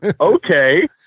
okay